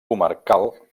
comarcal